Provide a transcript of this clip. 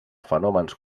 fenòmens